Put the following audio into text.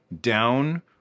down